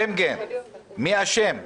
Blame game מי אשם.